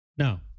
Now